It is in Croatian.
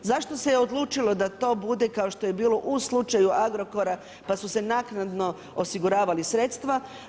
Zašto se je odlučilo da to bude kao što je bilo u slučaju Agrokora, pa su se naknado osiguravali sredstva.